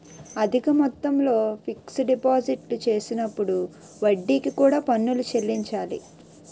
అధిక మొత్తంలో ఫిక్స్ డిపాజిట్లు చేసినప్పుడు వడ్డీకి కూడా పన్నులు చెల్లించాలి